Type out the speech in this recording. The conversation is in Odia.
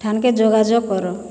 ଠାନ୍କେ ଯୋଗାଯୋଗ କର